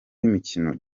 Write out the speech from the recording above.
w’imikino